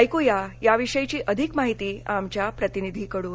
ऐक् या या विषयी अधिक माहिती आमच्या प्रतिनिधीकडून